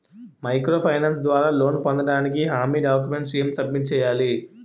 Micro finance ద్వారా loan పొందటానికి హామీ డాక్యుమెంట్స్ ఎం సబ్మిట్ చేయాలి?